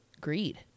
greed